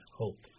hope